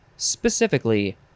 Specifically